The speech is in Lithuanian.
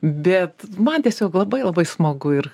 bet man tiesiog labai labai smagu ir